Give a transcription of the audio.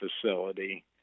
facility